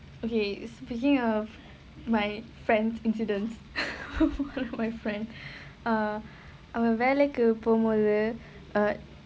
okay speaking of my friend's incidents my friend err அவ வேலைக்கு போகும் போது:ava velaikku pogum pothu err